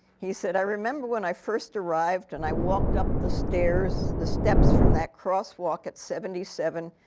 he said, i remember when i first arrived. and i walked up the stairs, the steps from that crosswalk at seventy seven,